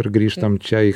ir grįžtam čia į